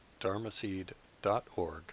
dharmaseed.org